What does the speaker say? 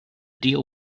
deal